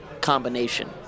combination